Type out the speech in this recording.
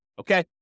Okay